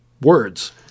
words